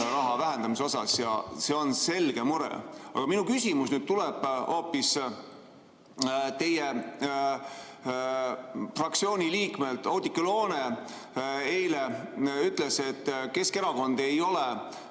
raha vähendamise kohta. See on selge mure. Aga minu küsimus tuleb hoopis teie fraktsiooni liikme kohta. Oudekki Loone eile ütles, et Keskerakond ei ole